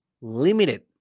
limited